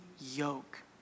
yoke